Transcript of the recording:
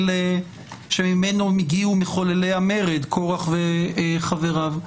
שממנו הגיעו מחוללי המרד, קורח וחבריו.